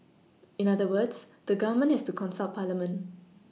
in other words the Government has to consult parliament